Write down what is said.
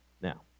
Now